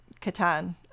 Catan